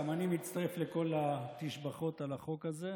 גם אני מצטרף לכל התשבחות על החוק הזה.